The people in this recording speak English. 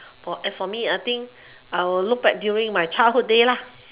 for as for me I think I'll look back during my childhood day lah